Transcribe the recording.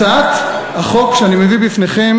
הצעת החוק שאני מביא בפניכם